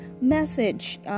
message